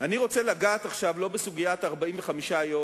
אני רוצה לגעת עכשיו לא בסוגיית 45 היום,